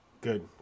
Good